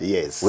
Yes